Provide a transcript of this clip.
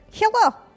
Hello